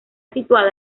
situada